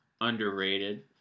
underrated